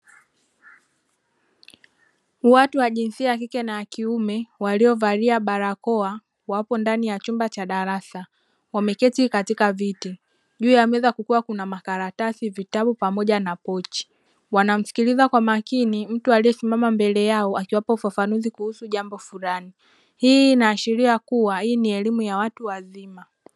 Watu wa jinsia ya kike na kiume waliovalia barakoa wapo ndani ya chumba cha darasa wameketi katika viti juu ya meza kukiwa kuna makaratasi, vitabu pamoja na pochi wanamsikiliza kwa makini mtu aliyesimama mbele yao akiwapa ufafanuzi kuhusu jambo fulani hii inaashiria kuwa hii ni elimu ya watu wazima.